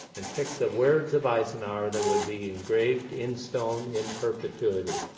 and picked the words of eisenhower that would be engraved in stone in perpetuity.